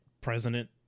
president